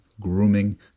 grooming